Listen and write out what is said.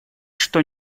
что